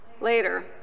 Later